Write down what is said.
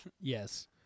Yes